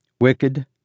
wicked